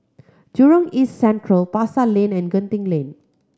Jurong East Central Pasar Lane and Genting Lane